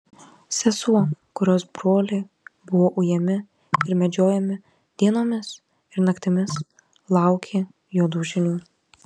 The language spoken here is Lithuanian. sesuo kurios broliai buvo ujami ir medžiojami dienomis ir naktimis laukė juodų žinių